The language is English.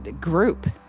group